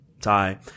tie